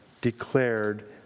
declared